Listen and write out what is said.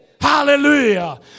Hallelujah